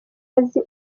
azi